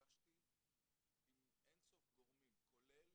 נפגשתי עם אין סוף גורמים כולל